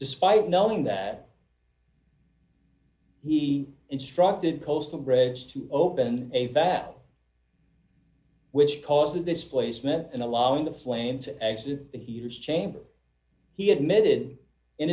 despite knowing that he instructed coastal bridge to open a fat which caused the displacement and allowing the flame to exit the heater chamber he admitted in